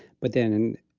but then,